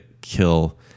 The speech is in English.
kill